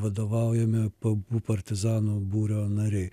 vadovaujami pa partizanų būrio nariai